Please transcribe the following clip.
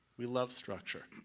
we love structure.